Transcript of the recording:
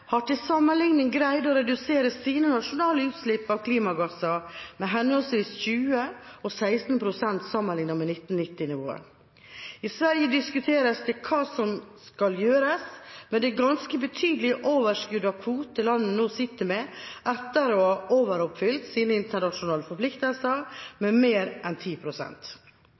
har til sammenligning greid å redusere sine nasjonale utslipp av klimagasser med henholdsvis 20 og 16 pst. sammenlignet med 1990-nivå. I Sverige diskuteres det hva som skal gjøres med det ganske betydelige overskuddet av kvoter landet nå sitter med, etter å ha overoppfylt sine internasjonale forpliktelser med mer enn